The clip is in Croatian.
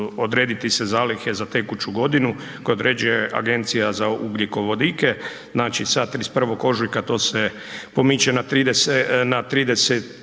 odrediti se zalihe za tekuću godinu koja određuje Agencija za ugljikovodike. Znači, sad, 31. ožujka to se pomiče na